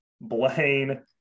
Blaine